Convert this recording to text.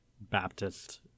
Baptist